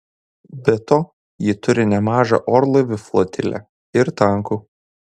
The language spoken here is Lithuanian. be to ji turi nemažą orlaivių flotilę ir tankų